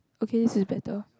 okay this is better